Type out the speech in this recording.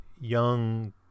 young